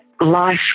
life